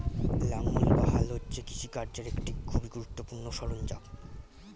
লাঙ্গল বা হাল হচ্ছে কৃষিকার্যের একটি খুবই গুরুত্বপূর্ণ সরঞ্জাম